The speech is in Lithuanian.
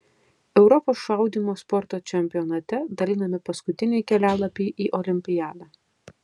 europos šaudymo sporto čempionate dalinami paskutiniai kelialapiai į olimpiadą